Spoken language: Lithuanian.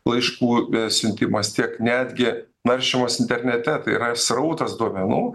laiškų siuntimas tiek netgi naršymas internete tai yra srautas duomenų